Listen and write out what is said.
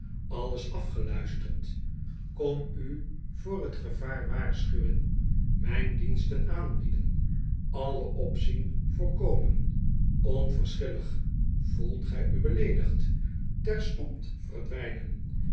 alles afgeluisterd kom u voor het gevaar waarschuwen mijn diensten aanbieden alle opzien voorkomen onverschillig voelt gij u beleedigd terstond verdwijnen